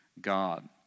God